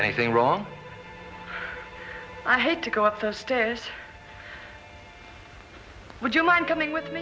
anything wrong i had to go up the stairs would you mind coming with me